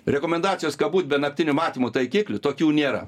rekomendacijos ka būt be naktinio matymo taikiklių tokių nėra